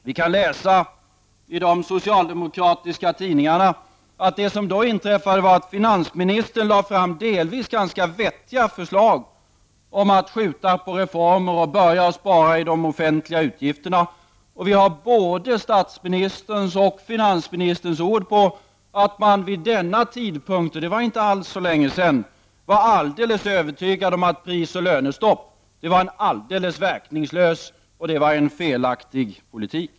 Vi kan läsa i de socialdemokratiska tidningarna att det som då inträffade var att finansministern lade fram delvis ganska vettiga förslag som innebär att man skulle uppskjuta reformer och börja spara i de offentliga utgifterna. Vi har både statsministerns och finansministerns ord på att regeringen vid denna tidpunkt — och det var inte alls så länge sedan — var alldeles övertygad om att prisoch lönestopp skulle vara en helt verkningslös och felaktig politik.